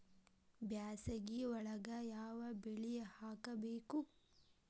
ಬ್ಯಾಸಗಿ ಒಳಗ ಯಾವ ಬೆಳಿ ಹಾಕಬೇಕು?